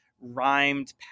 rhymed